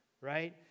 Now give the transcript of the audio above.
right